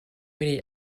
many